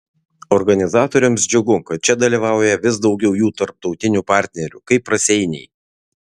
organizatoriams džiugu kad čia dalyvauja vis daugiau jų tarptautinių partnerių kaip raseiniai